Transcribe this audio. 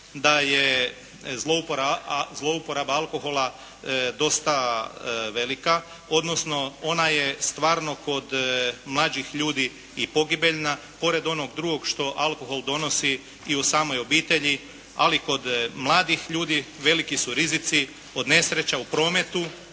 da je zlouporaba alkohola dosta velika odnosno ona je stvarno kod mlađih ljudi i pogibeljna, pored onog drugog što alkohol donosi i u samoj obitelji. Ali kod mladih ljudi veliki su rizici od nesreća u prometu,